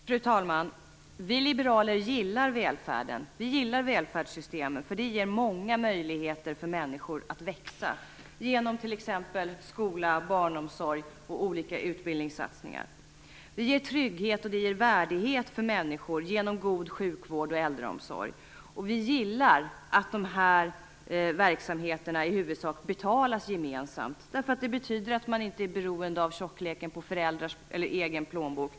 Fru talman! Vi liberaler gillar välfärden. Vi gillar välfärdssystemen, som ger människor många möjligheter att växa, t.ex. genom skola, barnomsorg och olika utbildningssatsningar. Människor ges trygghet och värdighet genom god sjukvård och äldreomsorg. Vi gillar också att de här verksamheterna i huvudsak betalas gemensamt, därför att det betyder att man inte är beroende av tjockleken på vare sig föräldrars plånbok eller den egna plånboken.